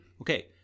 Okay